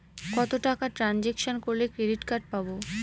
কত টাকা ট্রানজেকশন করলে ক্রেডিট কার্ড পাবো?